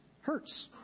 hurts